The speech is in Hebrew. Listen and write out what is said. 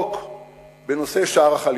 בחוק בנושא שער החליפין.